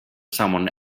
someone